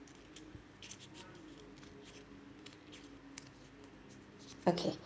okay